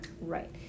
Right